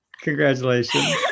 Congratulations